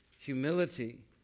Humility